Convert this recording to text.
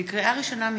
לקריאה ראשונה,